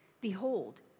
behold